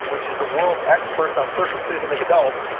which is the world's experts on circumcision of adults,